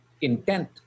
intent